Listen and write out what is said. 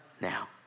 now